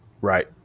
Right